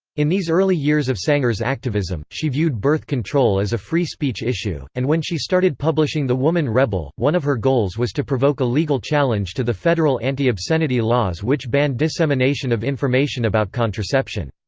in these early years of sanger's activism, she viewed birth control as a free-speech issue, and when she started publishing the woman rebel, one of her goals was to provoke a legal challenge to the federal anti-obscenity laws which banned dissemination of information about contraception.